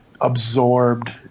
absorbed